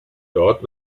dort